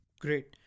Great